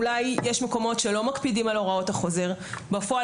אולי יש מקומות שלא מקפידים על הוראות החוזר ובפועל